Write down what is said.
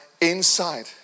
inside